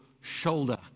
shoulder